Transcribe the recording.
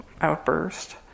outburst